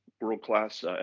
world-class